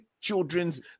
children's